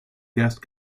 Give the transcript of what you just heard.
guest